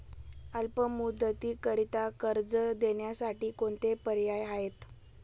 अल्प मुदतीकरीता कर्ज देण्यासाठी कोणते पर्याय आहेत?